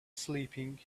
sleeping